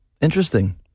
Interesting